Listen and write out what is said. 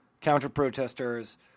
counter-protesters